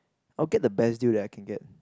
I would get the best deal that I can get